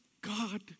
God